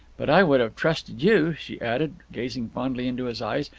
but i would have trusted you, she added, gazing fondly into his eyes,